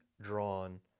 drawn